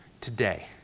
Today